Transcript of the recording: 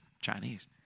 Chinese